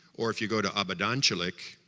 or if you go to abasancylyk,